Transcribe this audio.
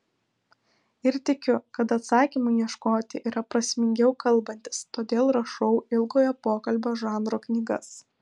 ir tikiu kad atsakymų ieškoti yra prasmingiau kalbantis todėl rašau ilgojo pokalbio žanro knygas